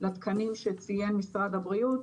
לתקנים שציין משרד הבריאות,